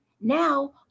Now